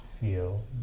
feel